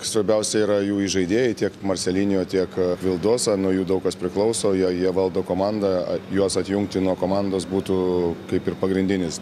svarbiausia yra jų įžaidėjai tiek marselinijo tiek vildosa nuo jų daug kas priklauso jie jie valdo komandą juos atjungti nuo komandos būtų kaip ir pagrindinis